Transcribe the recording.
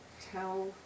tell